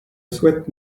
souhaite